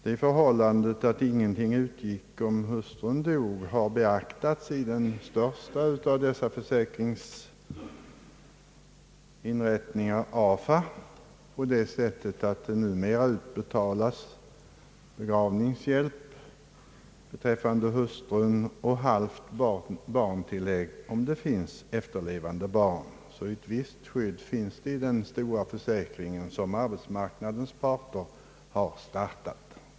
Det förhållandet att ingenting utbetalades om hustrun dog har beaktats i den största av försäkringsinrättningarna, AFA, på det sättet, att det numera utbetalas begravningshjälp om hustrun dör och halvt barntillägg om det finns efterlevande barn, Den stora försäkring som arbetsmarknadens parter har startat ger alltså ett visst skydd även vid hustrus bortgång.